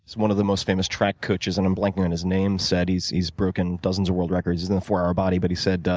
one of the most famous track coaches and i'm blanking on his name said. he's he's broken dozens of world records. he's in the four hour body. but he said,